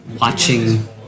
Watching